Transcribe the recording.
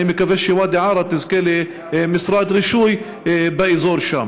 אני מקווה שוואדי-עארה יזכה למשרד רישוי באזור שם.